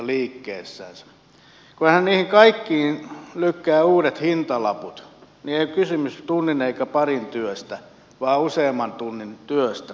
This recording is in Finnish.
kun hän niihin kaikkiin lykkää uudet hintalaput ei ole kysymys tunnin eikä parin työstä vaan useamman tunnin työstä